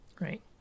right